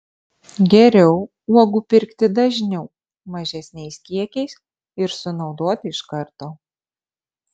geriau uogų pirkti dažniau mažesniais kiekiais ir sunaudoti iš karto